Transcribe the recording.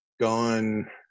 gone